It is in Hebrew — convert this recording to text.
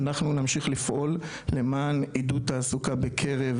אנחנו נמשיך לפעול למען עידוד תעסוקה בקרב